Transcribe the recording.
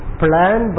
plan